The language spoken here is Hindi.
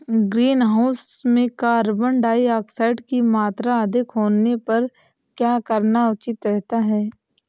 ग्रीनहाउस में कार्बन डाईऑक्साइड की मात्रा अधिक होने पर क्या करना उचित रहता है?